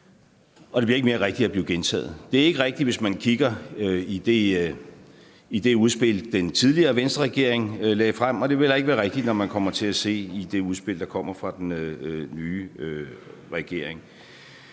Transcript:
og det bliver ikke mere rigtigt af at blive gentaget. Det er ikke rigtigt, hvis man kigger i det udspil, den tidligere Venstreregering lagde frem, og det vil heller ikke være rigtigt, når man kommer til at se i det udspil, der kommer fra den nye regering.